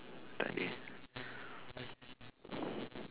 takde